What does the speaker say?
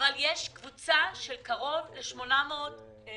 אבל יש קבוצה של קרוב ל-800 תלמידים,